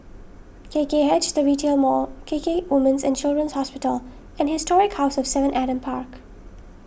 K K H the Retail Mall K K Women's and Children's Hospital and Historic House of Seven Adam Park